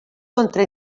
contra